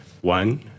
One